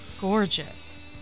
Gorgeous